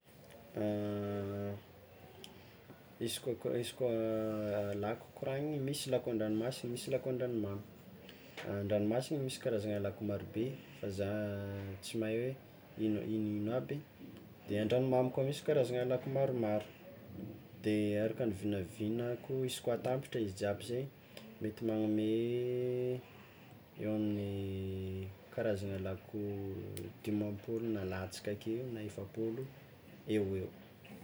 Izy koa koa izy koa lako koragniny, misy lako an-dragnomasigny misy lako an-dragnomamy, an-dragnomasigny misy karazagny lako marobe fa za tsy mahay hoe ino ino ino aby de an-dragnomamy koa misy karazana lako maromaro, de araka ny vinavinako, izy koa atambatra izy jiaby zay mety magnome eo amin'ny karazagna lako dimampolo na latsaka kely eo na efapolo eoeo.